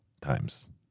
times